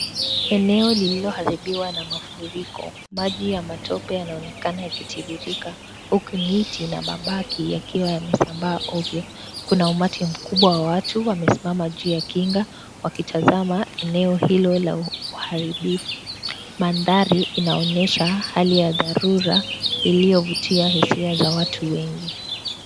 Eneo lililoharibiwa na mafuriko. Maji ya matope yanaonekana yakitiririka huku miti na mabaki yakiwa yamesambaa ovyo. Kuna umati mkubwa wa watu wamesimama juu ya kinga wakitazama eneo hilo la uharibifu. Mandhari inaonyesha hali ya dharura iliyovutia hisia za watu wengi.